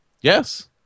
Yes